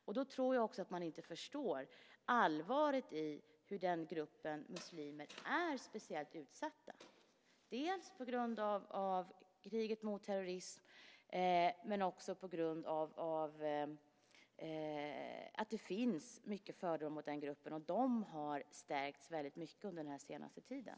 Jag tror att man då inte förstår allvaret i hur speciellt utsatt den gruppen muslimer är på grund av kriget mot terrorism och på grund av att det finns mycket fördomar mot den gruppen. De har stärkts mycket under den senaste tiden.